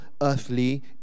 earthly